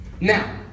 Now